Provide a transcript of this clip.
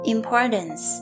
Importance